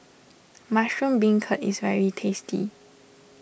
Mushroom Beancurd is very tasty